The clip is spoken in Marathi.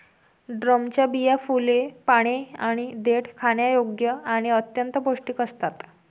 ड्रमच्या बिया, फुले, पाने आणि देठ खाण्यायोग्य आणि अत्यंत पौष्टिक असतात